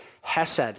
Hesed